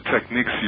techniques